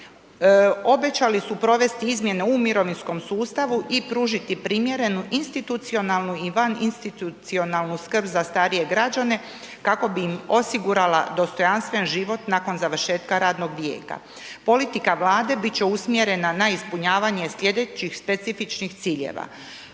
Obećali su provesti izmjene u mirovinskom sustavu i pružiti primjerenu institucionalnu i vaninstitucionalnu skrb za starije građane kako bi ih osigurala dostojanstven život nakon završetka radnog vijeka. Politika Vlade bit će usmjerena na ispunjavanje sljedećih specifičnih ciljeva.